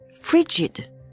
frigid